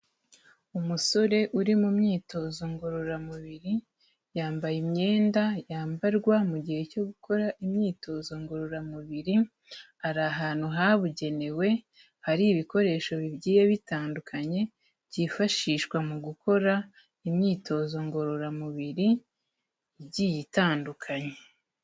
Umusore uri mu myitozo ngororamubiri, yambaye imyenda yambarwa mu gihe cyo gukora imyitozo ngororamubiri, ari ahantu habugenewe hari ibikoresho bigiye bitandukanye byifashishwa mu gukora imyitozo ngororamubiri igiye itandukanyekanye.